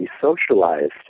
socialized